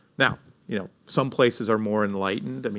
now you know some places are more enlightened. i mean